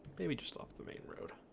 maybe just off the main road